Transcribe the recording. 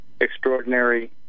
extraordinary